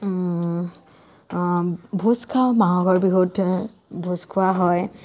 ভোজ খাওঁ মাঘৰ বিহুত ভোজ খোৱা হয়